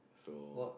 so